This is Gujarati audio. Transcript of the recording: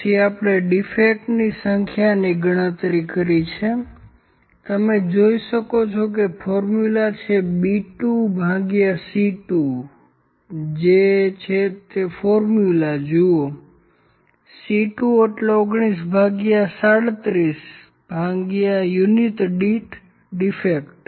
તેથી આપણે ડીફેક્ટની સંખ્યાની ગણતરી કરી છે તમે જોઇ શકો છો ફોર્મ્યુલા છે B2 ભાગ્યા C2 છે તે સૂત્ર જુઓ C2 એટલે 19 ભાગ્યા 37 ભાગ્યા યુનિટ દીઠ ડીફેક્ટ